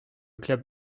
club